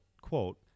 quote